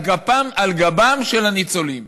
על גבם של הניצולים.